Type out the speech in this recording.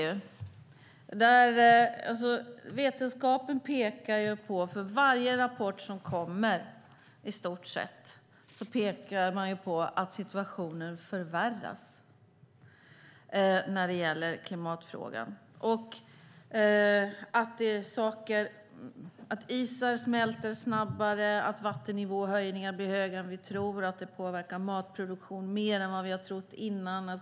I stort sett varje vetenskaplig rapport som kommer pekar på att situationen förvärras när det gäller klimatfrågan. Isarna smälter snabbare och vattennivåhöjningarna blir större än vi trott. Det påverkar matproduktionen mer än vi trott innan.